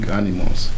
animals